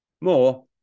More